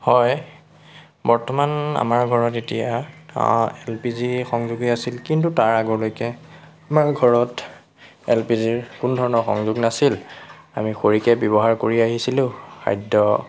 হয় বৰ্তমান আমাৰ ঘৰত এতিয়া এল পি জি সংযোগ আছিল কিন্তু তাৰ আগলৈকে আমাৰ ঘৰত এল পি জি ৰ কোনো ধৰণৰ সংযোগ নাছিল আমি খৰিকে ব্যৱহাৰ কৰি আহিছিলোঁ খাদ্য